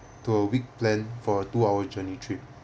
to a week plan for a two hour journey trip